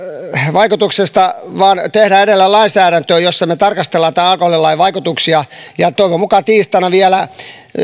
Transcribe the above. vaikutuksesta vaan tehdään edelleen lainsäädäntöä jossa me tarkastelemme tämän alkoholilain vaikutuksia toivon mukaan tiistaina vielä